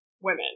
women